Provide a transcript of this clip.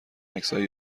عکسای